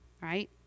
right